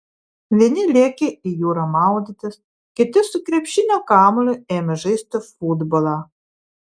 vieni lėkė į jūrą maudytis kiti su krepšinio kamuoliu ėmė žaisti futbolą